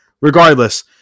Regardless